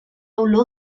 olor